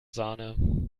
sahne